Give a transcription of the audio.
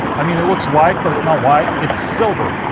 i mean, it looks white but it's not white, it's silver.